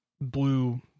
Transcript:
blue